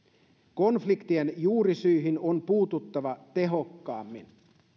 konfliktien juurisyihin on puututtava tehokkaammin